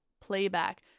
playback